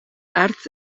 hartz